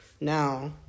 Now